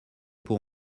pour